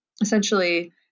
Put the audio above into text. essentially